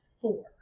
four